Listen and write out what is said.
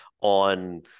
on